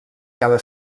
cada